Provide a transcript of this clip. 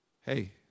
Hey